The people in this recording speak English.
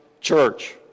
church